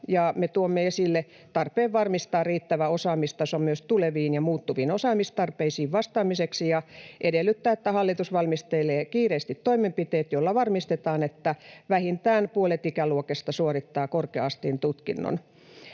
tuomme esille tarpeen varmistaa riittävä osaamistaso myös tuleviin ja muuttuviin osaamistarpeisiin vastaamiseksi, ja edellytämme, että hallitus valmistelee kiireesti toimenpiteet, joilla varmistetaan, että vähintään puolet ikäluokista suorittaa korkea-asteen tutkinnon.